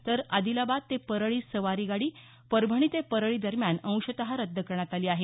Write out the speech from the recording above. तर आदिलाबाद ते परळी सवारी गाडी परभणी ते परळी दरम्यान अंशतः रद्द करण्यात आली आहे